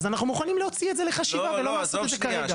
אז אנחנו מוכנים להוציא את זה לחשיבה ולא לעשות את זה כרגע.